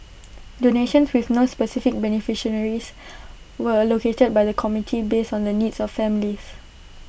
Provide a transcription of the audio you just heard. donations with no specific beneficiaries were allocated by the committee based on the needs of families